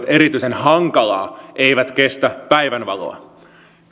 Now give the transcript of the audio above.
erityisen hankalaa eivät kestä päivänvaloa